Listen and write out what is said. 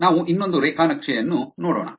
ನಾವು ಇನ್ನೊಂದು ರೇಖಾ ನಕ್ಷೆ ಅನ್ನು ನೋಡೋಣ